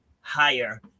higher